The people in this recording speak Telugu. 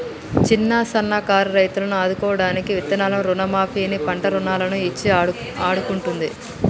చిన్న సన్న కారు రైతులను ఆదుకోడానికి విత్తనాలను రుణ మాఫీ ని, పంట రుణాలను ఇచ్చి ఆడుకుంటుంది